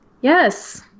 Yes